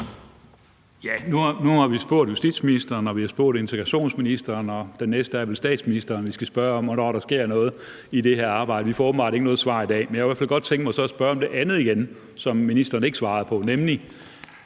Nu har vi spurgt justitsministeren, og vi har spurgt integrationsministeren. Den næste er vel statsministeren, vi skal spørge for at få at vide, hvornår der sker noget i det her arbejde. Vi får åbenbart ikke noget svar i dag. Men så kunne jeg i hvert fald godt tænke mig at spørge om det andet igen, som ministeren ikke svarede på.